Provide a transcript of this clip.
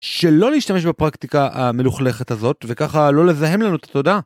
שלא להשתמש בפרקטיקה המלוכלכת הזאת וככה לא לזהם לנו את התודעה.